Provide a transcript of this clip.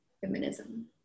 feminism